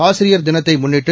ஆசிரியர் தினத்தை முள்ளிட்டு